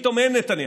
פתאום אין נתניהו.